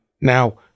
Now